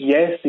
Yes